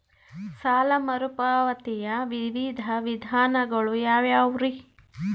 ಸಾಲ ಮರುಪಾವತಿಯ ವಿವಿಧ ವಿಧಾನಗಳು ಯಾವ್ಯಾವುರಿ?